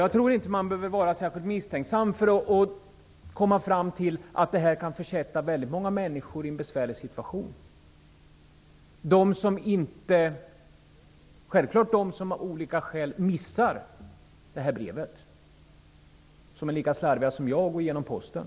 Jag tror inte att man behöver vara särskilt misstänksam för att komma fram till att detta kommer att försätta många människor i en besvärlig situation. Det gäller t.ex. självklart dem som av olika skäl missar brevet, de som är lika slarviga som jag med att gå igenom posten.